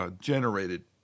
generated